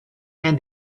and